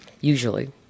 usually